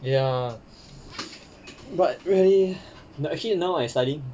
ya but really actually now I studying